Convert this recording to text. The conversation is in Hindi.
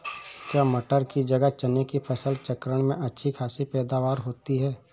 क्या मटर की जगह चने की फसल चक्रण में अच्छी खासी पैदावार होती है?